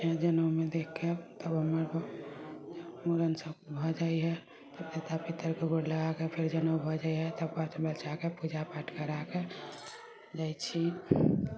फेर जेनेउमे देखके तब हमर मूड़न सभ भऽ जाइ हइ तब देवता पितरके गोर लगाकऽ फेर जनेउ भऽ जाइ हइ तब बच्चाके पूजापाठ कराकऽ जाइ छी